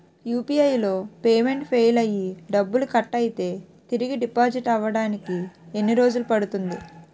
UPI లో payment fail అయ్యి డబ్బులు కట్ అయితే తిరిగి డిపాజిట్ అవ్వడానికి ఎన్ని రోజులు పడుతుంది?